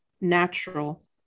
natural